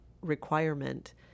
requirement